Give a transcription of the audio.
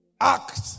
act